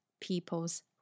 people's